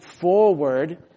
forward